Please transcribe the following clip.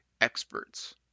experts